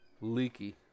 Leaky